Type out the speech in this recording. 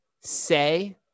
say